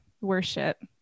worship